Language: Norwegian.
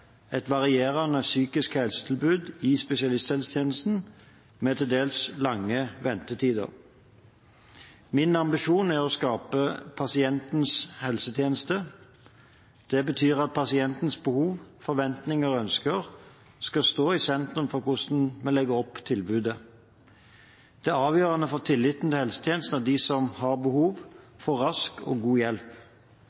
et varierende psykisk helsetilbud i spesialisthelsetjenesten med til dels lange ventetider. Min ambisjon er å skape pasientens helsetjeneste. Det betyr at pasientens behov, forventninger og ønsker skal stå i sentrum for hvordan vi legger opp tilbudene. Det er avgjørende for tilliten til helsetjenesten at de som har behov,